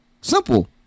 Simple